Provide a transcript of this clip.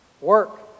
Work